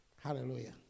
Hallelujah